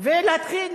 ולהתחיל